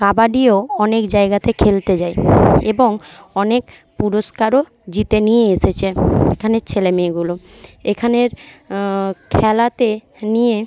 কাবাডিও অনেক জায়গাতে খেলতে যায় এবং অনেক পুরস্কারও জিতে নিয়ে এসেছে এখানের ছেলে মেয়েগুলো এখানের খেলাতে নিয়ে